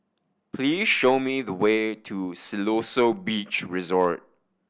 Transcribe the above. please show me the way to Siloso Beach Resort